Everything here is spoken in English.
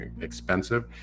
expensive